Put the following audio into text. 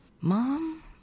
mom